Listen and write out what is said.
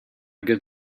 good